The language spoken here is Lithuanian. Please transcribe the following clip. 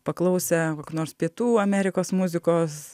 paklausę nors pietų amerikos muzikos